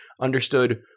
understood